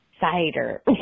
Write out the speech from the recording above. cider